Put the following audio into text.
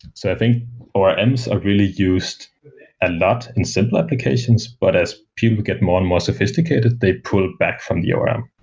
so i think orms are really used a lot in simple applications, but as people get more and more sophisticated, they pull back from the orm.